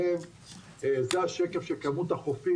זה השקף של כמות החופים,